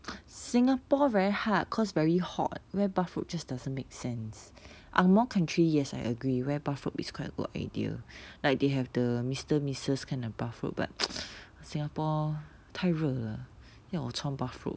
singapore very hard because very hot wear bathrobe just doesn't make sense ang moh country yes I agree wear bathrobe is quite good idea like they have the mister missus kind of bathrobe but singapore 太热了要我穿 bathrobe